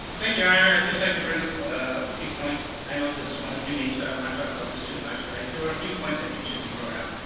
thank you your honor, i'd just like to bring up a few points. i know this is going to committee so i don't wanna talk about this too much, but there were a few points i think should be brought up.